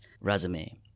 resume